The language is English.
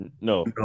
No